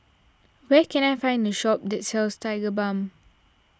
where can I find a shop that sells Tigerbalm